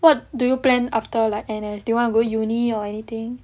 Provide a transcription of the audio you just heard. what do you plan after like N_S do you want to go uni or anything